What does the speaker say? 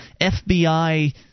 FBI